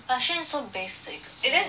but Shin is so basic lor